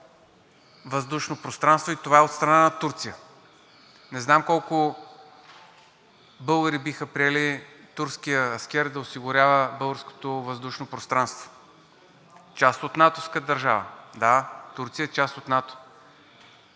въздушно пространство, и това е от страна на Турция. Не знам колко българи биха приели турския аскер да осигурява българското въздушно пространство?! Част от натовска държава. Да, Турция е част от НАТО.